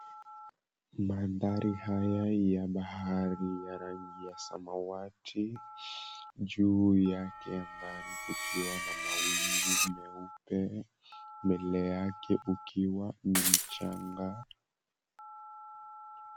Manthari haya ya bahari ya rangi ya samawati, juu yake angani kukiwa na mawingu meupe, mbele yake kukiwa ni mchanga.